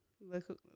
look